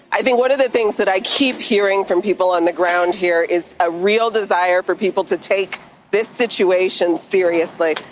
i think one of the things that i keep hearing from people on the ground here is a real desire for people to take this situation seriously.